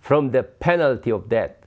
from the penalty of that